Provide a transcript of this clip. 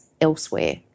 elsewhere